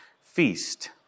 feast